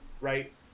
right